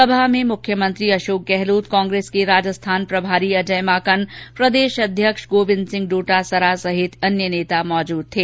सभा में मुख्यमंत्री अशोक गहलोत कांग्रेस के राजस्थान प्रभारी अजय माकन प्रदेशाध्यक्ष गोविंद डोटासरा सहित अन्य नेता मौजूद थे